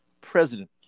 president